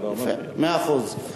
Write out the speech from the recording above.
יפה, מאה אחוז.